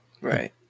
Right